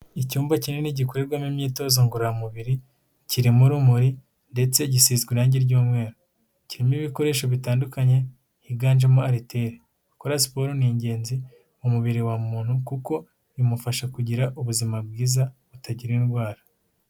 Icyumba kinini gikorerwamo imyitozo ngororamubiri kiririmo urumuri ndetse gisiswa irangi ry'umweru kirimo ibikoresho bitandukanye, higanjemo Airtel gukora siporo ni ingenzi ku umubiri wa muntu kuko bimufasha kugira ubuzima bwiza butagira indwara.